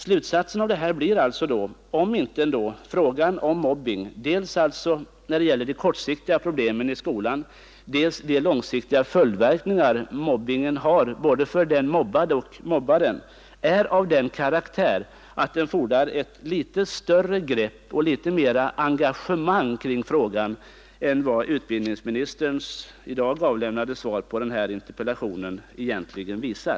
Slutsatsen av vad jag här sagt blir, om ändå inte frågan om mobbning dels när det gäller de kortsiktiga problemen i skolan, dels de långsiktiga följdverkningarna som mobbningen har både för den mobbade och för mobbaren, är av den karaktären att den fordrar ett större grepp och litet mer engagemang än vad utbildningsministerns i dag avlämnade svar på min interpellation egentligen visar.